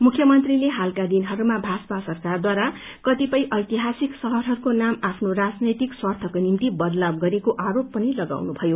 मुख्यमन्त्रीले हालका दिनहरूमा भाजपा सरकारद्वारा कतिपय ऐतिहासिक शहरहरूको नाम आफ्नो राजनैतिक स्वार्थको निम्ति बदलाव गरिएको आरोप पनि लगाउनुभयो